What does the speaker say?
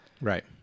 Right